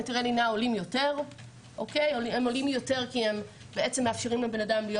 עולים יותר כי למעשה הם מאפשרים לאדם להיות